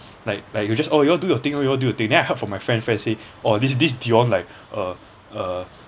like like you just oh you all do your thing y'll do your thing then I help for my friend my friend say oh this this dion like uh uh